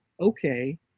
okay